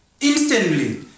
instantly